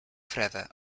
freda